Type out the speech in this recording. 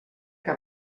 que